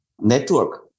network